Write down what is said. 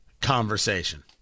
conversation